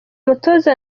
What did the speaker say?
mutoza